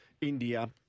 India